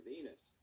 Venus